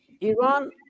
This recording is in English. Iran